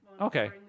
Okay